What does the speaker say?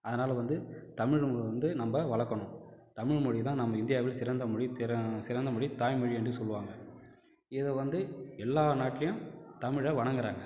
அதனால் வந்து தமிழை வந்து நம்ம வளர்க்கணும் தமிழ் மொழிய தான் நம்ம இந்தியாவில் சிறந்த மொழி திற சிறந்த மொழி தாய்மொழி என்று சொல்லுவாங்கள் இதை வந்து எல்லா நாட்லேயும் தமிழை வணங்குகிறாங்க